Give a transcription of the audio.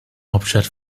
hauptstadt